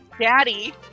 Daddy